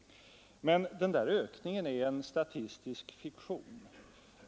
Men denna ökning är en statistisk fiktion.